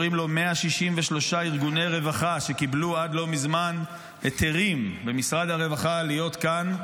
163 ארגוני רווחה שקיבלו עד לא מזמן היתרים ממשרד הרווחה להיות כאן.